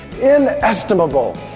inestimable